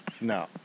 No